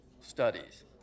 studies